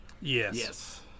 Yes